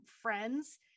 friends